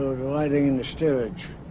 riding in the steerage